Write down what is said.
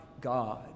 God